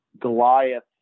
Goliath